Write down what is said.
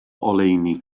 oleuni